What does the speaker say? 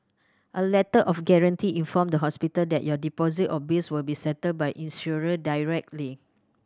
a Letter of Guarantee inform the hospital that your deposit or bills will be settled by insurer directly